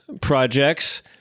projects